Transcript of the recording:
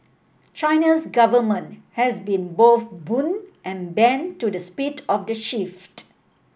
China's government has been both boon and bane to the speed of the shift